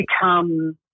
become